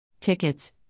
Tickets